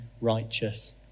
righteous